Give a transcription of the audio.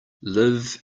live